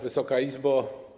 Wysoka Izbo!